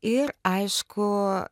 ir aišku